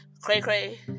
cray-cray